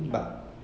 ah